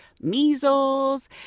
measles